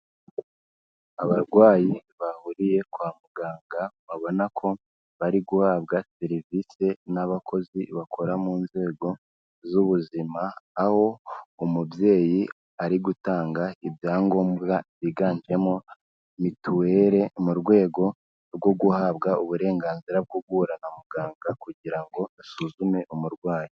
Abarwayi bahuriye kwa muganga, ubona ko bari guhabwa serivisi n'abakozi bakora mu nzego z'ubuzima, aho umubyeyi ari gutanga ibyangombwa byiganjemo mituweri, mu rwego rwo guhabwa uburenganzira bwo guhura na muganga kugira ngo asuzume umurwayi.